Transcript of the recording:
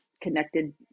connected